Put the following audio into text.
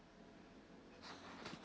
uh